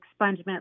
expungement